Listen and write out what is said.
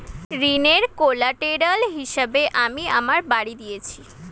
ঋনের কোল্যাটেরাল হিসেবে আমি আমার বাড়ি দিয়েছি